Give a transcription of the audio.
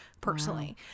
personally